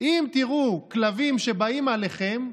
אם תראו כלבים שבאים אליכם,